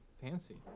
Fancy